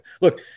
Look